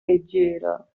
leggera